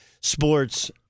Sports